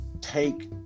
take